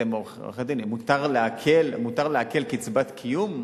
אתם עורכי-דין: מותר לעקל קצבת קיום?